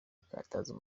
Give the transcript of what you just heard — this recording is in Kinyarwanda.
gukaza